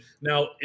now